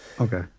Okay